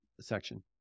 section